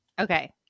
Okay